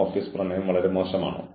അതിനാൽ ഈ നടപടിക്രമങ്ങൾ ആവശ്യമാണ്